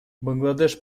бангладеш